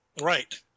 Right